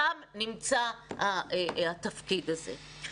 שם נמצא התפקיד הזה.